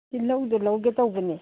ꯇꯤꯜꯍꯧꯗꯣ ꯂꯧꯒꯦ ꯇꯧꯕꯅꯤ